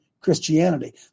Christianity